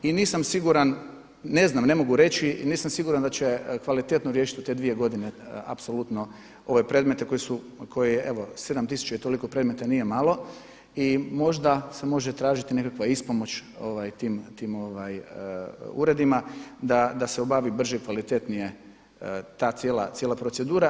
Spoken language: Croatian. I nisam siguran, ne znam, ne mogu reći i nisam siguran da će kvalitetno riješiti u te dvije godine apsolutno ove predmete koji su, evo 7 tisuća i toliko predmeta nije malo, i možda se može tražiti nekakva ispomoć tim uredima da se obavi brže i kvalitetnije ta cijela procedura.